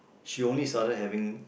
she only started having